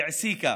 והיא העסיקה